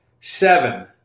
seven